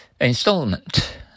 Installment